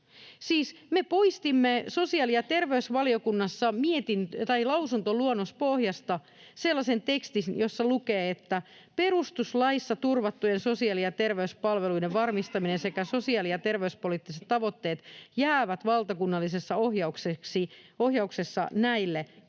me poistimme sosiaali- ja terveysvaliokunnassa lausuntoluonnospohjasta sellaisen tekstin, jossa lukee: ”Perustuslaissa turvattujen sosiaali- ja terveyspalveluiden varmistaminen sekä sosiaali- ja terveyspoliittiset tavoitteet jäävät valtakunnallisessa ohjauksessa näille alisteisiksi.